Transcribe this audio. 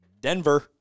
Denver